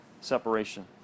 separation